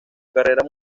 carrera